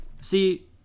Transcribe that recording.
see –